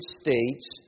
States